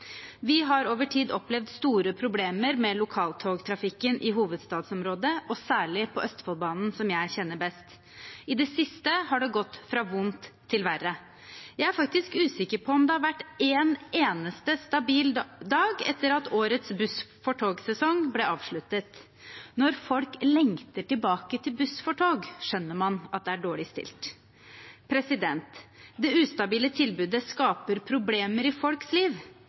Vi har over tid opplevd store problemer med lokaltogtrafikken i hovedstadsområdet, og særlig på Østfoldbanen, som jeg kjenner best. I det siste har det gått fra vondt til verre. Jeg er faktisk usikker på om det har vært én eneste stabil dag etter at årets buss for tog-sesong ble avsluttet. Når folk lengter tilbake til buss for tog, skjønner man at det er dårlig stilt. Det ustabile tilbudet skaper problemer i folks liv